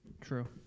true